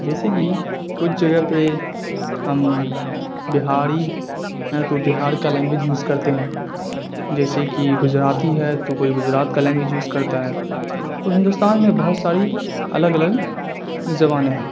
جیسے کہ کچھ جگہ پہ ہم بہاری ہیں تو بہار کا لینگویج یوز کرتے ہیں جیسے کہ گجراتی ہے تو کوئی گجرات کا لینگویج یوز کرتا ہے تو ہندوستان میں بہت ساری الگ الگ زبانیں ہیں